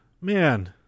man